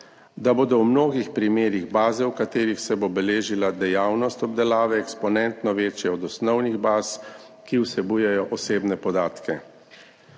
da bodo v mnogih primerih baze, v katerih se bo beležila dejavnost obdelave, eksponentno večje od osnovnih baz, ki vsebujejo osebne podatke.